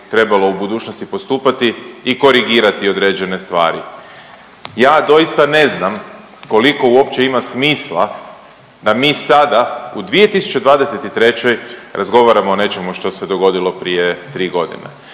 trebalo u budućnosti postupati i korigirati određene stvari. Ja doista ne znam koliko uopće ima smisla da mi sada u 2023. razgovaramo o nečemu što se dogodilo prije tri godine,